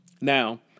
Now